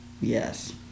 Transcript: Yes